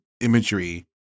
imagery